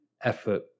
effort